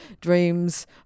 dreams